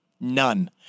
None